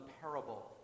parable